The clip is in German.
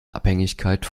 abhängigkeit